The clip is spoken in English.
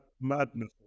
madness